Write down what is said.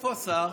איפה השר?